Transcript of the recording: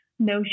No